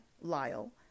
Lyle